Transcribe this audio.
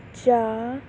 ਜਾਂ